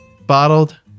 bottled